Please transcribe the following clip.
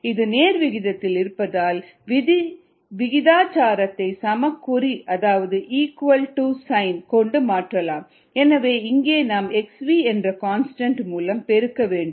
இது நேர் விகிதத்தில் இருப்பதால் விகிதாச்சாரத்தை சமக் குறி அதாவது ஈக்குவல் டு சைன் கொண்டு மாற்றலாம் எனவே இங்கே நாம் xv என்ற கான்ஸ்டன்ட் மூலம் பெருக்க வேண்டும்